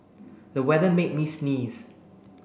the weather made me sneeze